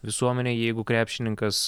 visuomenei jeigu krepšininkas